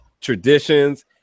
traditions